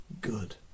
good